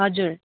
हजुर